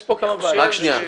יש פה כמה בעיות.